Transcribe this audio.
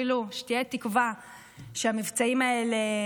אפילו שתהיה תקווה שהמבצעים האלה